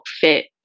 fit